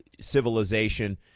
civilization